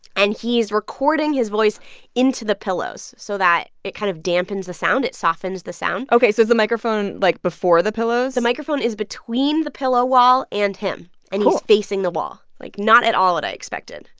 and he's recording his voice into the pillows so that it kind of dampens the sound. it softens the sound ok. so is the microphone, like, before the pillows? the microphone is between the pillow wall and him cool and he's facing the wall. like, not at all what i expected.